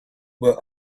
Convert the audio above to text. were